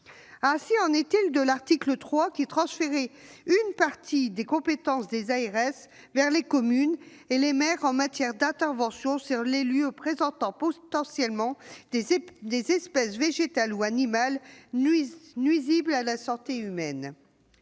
la suppression de l'article 3, qui transférait une partie des compétences des ARS vers les communes et les maires en matière d'intervention sur les lieux de présence potentielle d'espèces végétales ou animales nuisibles à la santé humaine,